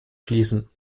schließen